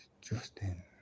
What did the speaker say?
Justin